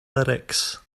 lyrics